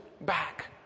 back